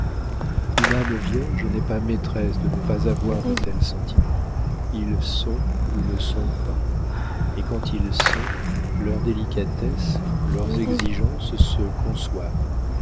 une âme vierge n'est pas maîtresse de ne pas avoir de tels sentiments ils sont ou ne sont pas et quand ils sont leur délicatesse leurs exigences se conçoivent